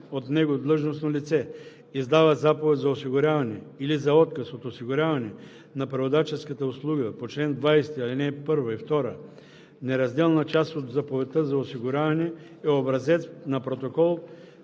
от него длъжностно лице издава заповед за осигуряване или за отказ от осигуряване на преводаческата услуга по чл. 20, ал. 1 и 2. Неразделна част от заповедта за осигуряване е образец на протокол